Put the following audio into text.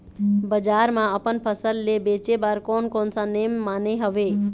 बजार मा अपन फसल ले बेचे बार कोन कौन सा नेम माने हवे?